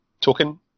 token